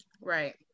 Right